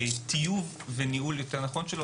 טיוב וניהול יותר נכון שלו.